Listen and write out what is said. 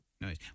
Nice